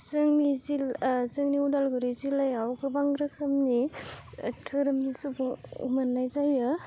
जोंनि जोंनि अदालगुरि जिल्लायाव गोबां रोखोमनि धोरोमनि सुबु मोननाय जायो